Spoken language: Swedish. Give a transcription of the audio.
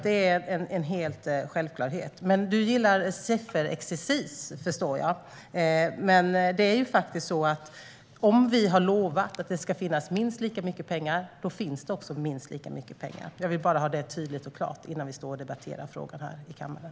Det är en självklarhet. Du gillar sifferexercis, förstår jag. Om vi har lovat att det ska finnas minst lika mycket pengar, då finns det minst lika mycket pengar. Jag vill bara ha det tydligt och klart innan vi står och debatterar frågan här i kammaren.